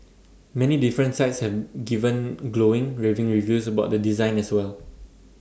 many different sites have given glowing raving reviews about the design as well